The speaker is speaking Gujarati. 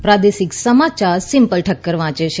પ્રાદેશિક સમાચાર સિમ્પલ ઠક્કર વાંચે છે